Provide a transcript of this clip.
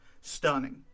stunning